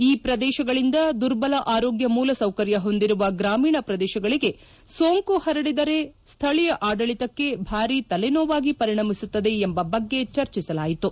ಈ ಪ್ರದೇಶಗಳಿಂದ ದುರ್ಬಲ ಆರೋಗ್ಯ ಮೂಲ ಸೌಕರ್ಯ ಹೊಂದಿರುವ ಗ್ರಾಮೀಣ ಪ್ರದೇಶಗಳಿಗೆ ಸೋಂಕು ಪರಡಿದರೆ ಸ್ಥಳೀಯ ಆಡಳಿತಕ್ಷೆ ಭಾರಿ ತಲೆನೋವಾಗಿ ಪರಿಣಮಿಸುತ್ತದೆ ಎಂಬ ಬಗ್ಗೆ ಚರ್ಚಿಸಲಾಯಿತು